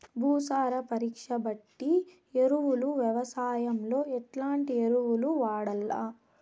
భూసార పరీక్ష బట్టి ఎరువులు వ్యవసాయంలో ఎట్లాంటి ఎరువులు వాడల్ల?